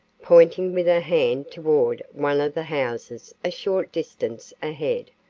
pointing with her hand toward one of the houses a short distance ahead.